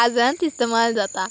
आजांत इस्तमाल जाता